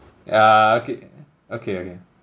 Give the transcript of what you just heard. yeah okay okay okay